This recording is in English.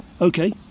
Okay